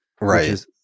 Right